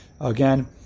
again